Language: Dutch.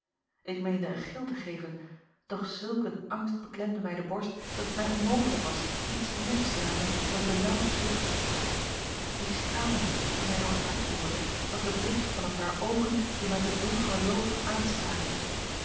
k meende een gil te geven doch zulk een angst beklemde mij de borst dat het mij onmogelijk was iets meer te slaken dan een benaauwde zucht ie straal nu die mij door t hart boorde was de blik van een paar oogen die mij uit het donkere loof aanstaarden